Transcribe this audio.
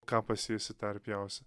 ką pasėsi tą ir pjausi